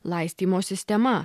laistymo sistema